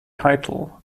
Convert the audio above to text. title